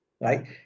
right